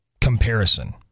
comparison